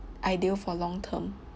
ideal for long-term